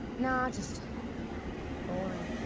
nah. just boring.